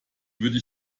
würde